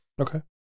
okay